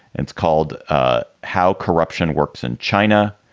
it's called ah how corruption works in china.